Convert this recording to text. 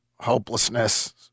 hopelessness